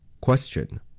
Question